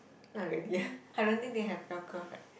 not really I don't think they have bell curve right